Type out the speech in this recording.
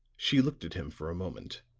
she looked at him for a moment,